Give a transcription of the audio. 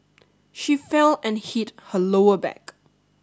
she fell and hit her lower back